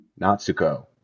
Natsuko